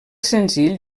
senzill